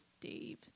Dave